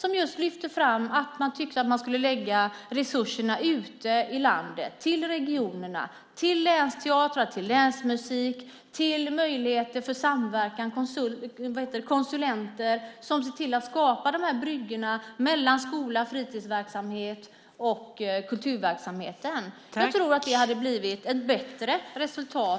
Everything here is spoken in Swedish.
De lyfte just fram att man skulle lägga resurserna ute i landet, till regionerna, till länsteatrar, till länsmusik, till möjligheter för samverkan, till konsulenter som ser till att skapa bryggorna mellan skola, fritidsverksamhet och kulturverksamheten. Jag tror att det då hade blivit ett bättre resultat.